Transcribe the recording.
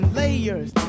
layers